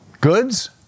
Goods